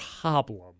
problem